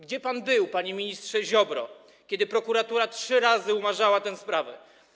Gdzie pan był, panie ministrze Ziobro, kiedy prokuratura trzy razy umarzała tę sprawę?